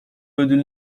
ödül